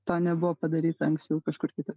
to nebuvo padaryta anksčiau kažkur kitur